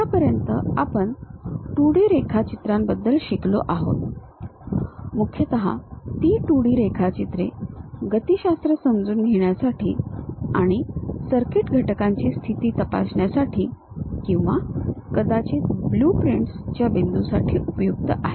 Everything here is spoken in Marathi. आत्तापर्यंत आपण 2D रेखाचित्रांबद्दल शिकलो आहोत मुख्यतः ती 2D रेखाचित्रे गतिशास्त्र समजून घेण्यासाठी आणि सर्किट घटकांची स्थिती तपासण्यासाठी किंवा कदाचित ब्लूप्रिंट्स च्या बिंदूसाठी उपयुक्त आहेत